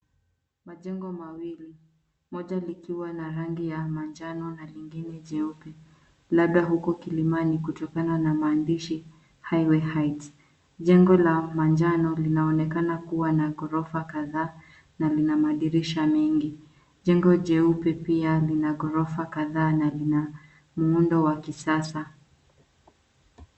Majengo mawili, moja likiwa na rangi ya manjano na lingine jeupe, labda huku Kilimani kutokana na maandishi cs[Highway Heights]cs. Jengo la manjano linaonekana kuwa na ghorofa kadhaa na lina madirisha mingi. Jengo jeupe pia lina ghorofa kadhaa na lina muundo wa kisasa.